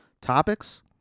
topics